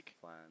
plan